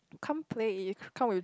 come play if come with